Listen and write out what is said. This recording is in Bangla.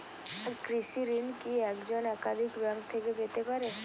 কৃষিঋণ কি একজন একাধিক ব্যাঙ্ক থেকে পেতে পারে?